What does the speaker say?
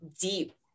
deep